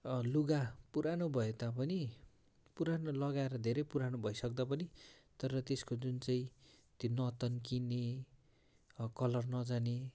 लुगा पुरानो भए तापनि पुरानो लगाएर धेरै पुरानो भइसक्दा पनि तर त्यसको जुन चाहिँ त्यो नतन्किने कलर नजाने